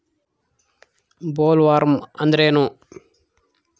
Bollworm ಅಂದ್ರೇನು?